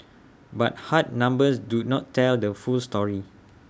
but hard numbers do not tell the full story